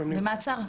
במעצר.